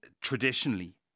traditionally